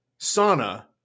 sauna